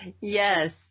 Yes